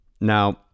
Now